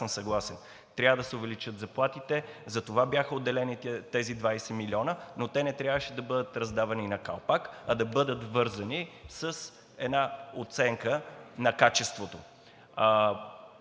съм съгласен, трябва да се увеличат заплатите. Затова бяха отделени тези 20 милиона, но те не трябваше да бъдат раздавани на калпак, а да бъдат вързани с една оценка на качеството.